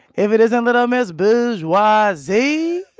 if it isn't little miss bourgeoisie.